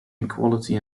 equality